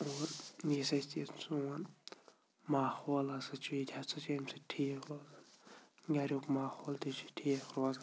اور سون ماحول ہسا چھُ یہِ تہِ ہسا چھُ اَمہِ سۭتۍ ٹھیٖک روزان گَریُک ماحول تہِ چھُ ٹھیٖک روزان